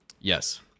Yes